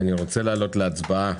אני מעלה להצבעה